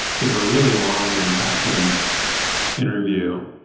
gave a really long and impassioned interview,